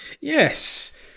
Yes